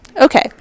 Okay